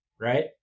right